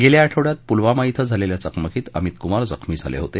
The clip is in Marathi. गेल्या आठवड्यात पुलवामा धिं झालेल्या चकमकीत अमित कुमार जखमी झाले होते